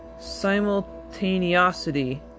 Simultaneosity